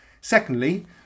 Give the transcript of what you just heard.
Secondly